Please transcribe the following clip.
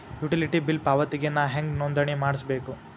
Utility bill ಪಾವತಿಗೆ ನಾ ಹೆಂಗ್ ನೋಂದಣಿ ಮಾಡ್ಸಬೇಕು?